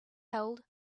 held